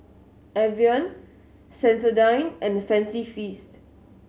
Evian Sensodyne and Fancy Feast